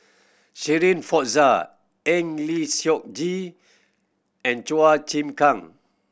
Shirin Fozdar Eng Lee Seok Chee and Chua Chim Kang